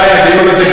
הדיון הזה,